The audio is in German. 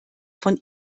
von